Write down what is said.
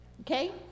okay